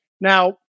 Now